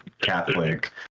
Catholic